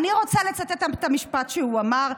אני רוצה לצטט את המשפט שהוא אמר,